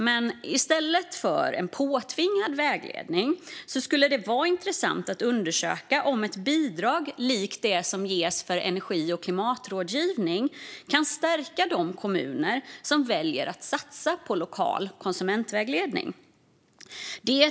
Men i stället för en påtvingad vägledning skulle det vara intressant att undersöka om ett bidrag, likt det som ges för energi och klimatrådgivning, kan stärka de kommuner som väljer att satsa på lokal konsumentvägledning.